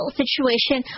situation